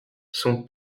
son